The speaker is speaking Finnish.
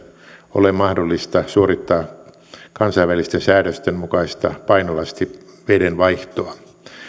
ole mahdollista suorittaa kansainvälisten säädösten mukaista painolastiveden vaihtoa